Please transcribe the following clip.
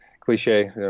cliche